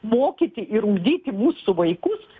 mokyti ir ugdyti mūsų vaikus